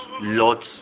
lots